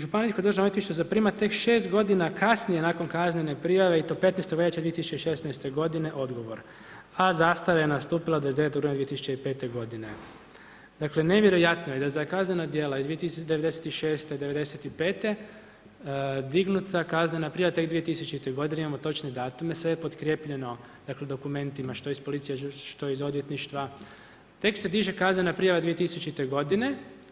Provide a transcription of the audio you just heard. Županijsko državno odvjetništvo zaprima tek 6 g. kasnije nakon kaznene prijave i to 15. veljače 2016. g. odgovor, a zastara je nastupila 29. rujna 2005. g. Dakle, nevjerojatno je da za kazana dijela iz '96., '95. dignuta kaznena prijava tek 2000. g. imamo točne datume, sve je pokrijepljeno, dakle, dokumentima, što iz policije, što iz odvjetništva, tek se diže kaznena prijava 2000. g.